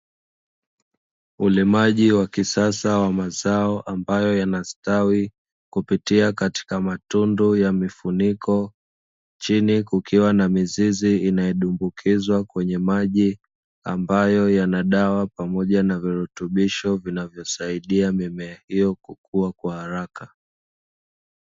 Ulimaji wa kisasa wa mazao ambayo yanastawi kupitia katika matundu ya mifuniko, chini kukiwa na mizizi inayodumbukizwa kwenye maji ambayo yana dawa pamoja na virutubisho vinavyosaidia mimea hiyo kukua kwa haraka.